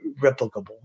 replicable